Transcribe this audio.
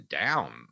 down